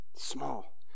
small